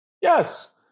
Yes